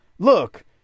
Look